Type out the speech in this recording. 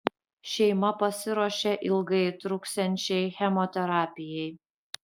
šeima pasiruošė ilgai truksiančiai chemoterapijai